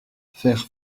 faire